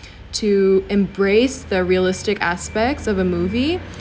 to embrace the realistic aspects of a movie